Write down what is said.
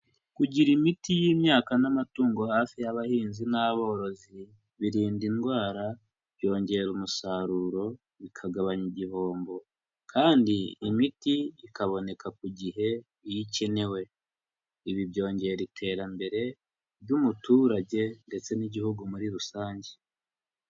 Kugira imiti y'imyaka n'amatungo hafi y'abahinzi n'aborozi birinda indwara, byongera umusaruro bikagabanya igihombo kandi imiti ikaboneka ku gihe iyo ikenewe, ibi byongera iterambere ry'umuturage ndetse n'Igihugu muri rusange.